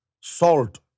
salt